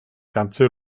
ganze